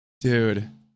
Dude